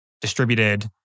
distributed